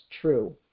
true